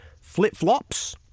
flip-flops